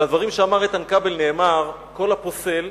על הדברים שאמר איתן כבל נאמר: כל הפוסל,